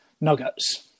nuggets